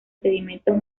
sedimentos